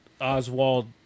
Oswald